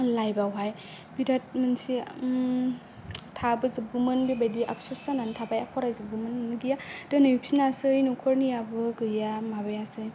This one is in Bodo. लाइफआवहाइ बिराट मोनसे थाबोजोबगौमोन बेबायदि आपस'स जानानै थाबाय फरायजोबगौमोन गैया दोनहैफिनासै न'खरनियाबो गैया माबायासै